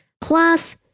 plus